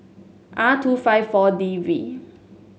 R two five four D V